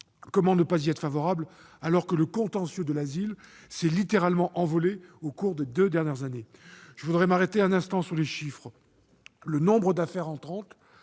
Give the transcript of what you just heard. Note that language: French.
comment ne pas y être favorable, alors que le contentieux de l'asile s'est littéralement envolé au cours des deux dernières années ? Je m'arrêterai un instant sur les chiffres : le nombre d'affaires à traiter,